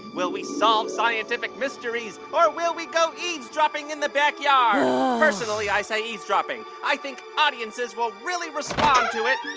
will we solve scientific mysteries, or will we go eavesdropping in the backyard? ugh personally, i say eavesdropping. i think audiences will really respond to it, and